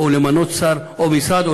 או למנות שר או משרד,